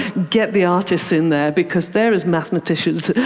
get the artists in there, because they're as mathematicians.